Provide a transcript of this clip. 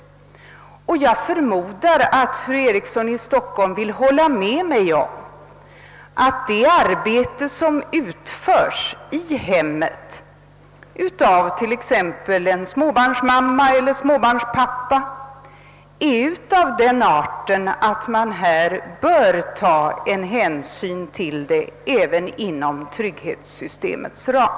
Jag förmodar att fru Eriksson i Stockholm vill hålla med mig om att det arbete som utförs i hemmet av t.ex. en småbarnsmamma eller småbarnspappa är av den arten att man här bör ta hänsyn till det även inom trygghetssystemets ram.